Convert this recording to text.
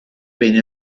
bene